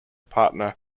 partner